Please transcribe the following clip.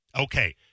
Okay